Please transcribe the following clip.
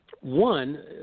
one